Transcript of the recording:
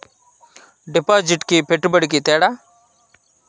డిపాజిట్కి పెట్టుబడికి తేడా?